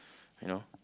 you know